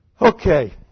Okay